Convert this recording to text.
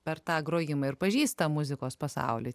per tą grojimą ir pažįsta muzikos pasaulį